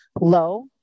low